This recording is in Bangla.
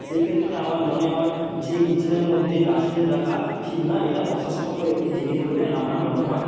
সেইক্ষেত্রে আমার মনে হয় যে কিচেনের মধ্যে ডাস্টবিন রাখা ঠিক না এটা অস্বাস্থ্যকর একটি জিনিস বলে আমার মনে হয়